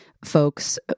Folks